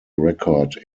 record